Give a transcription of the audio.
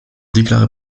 déclaré